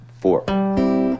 four